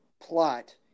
plot